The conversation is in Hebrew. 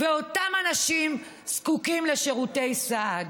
ואותם אנשים זקוקים לשירותי סעד.